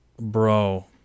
Bro